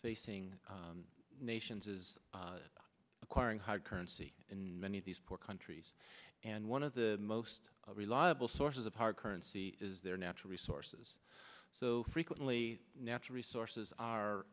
facing nations is acquiring hard currency in many of these poor countries and one of the most reliable sources of hard currency is their natural resources so frequently natural resources are